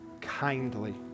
kindly